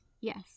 Yes